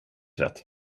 rätt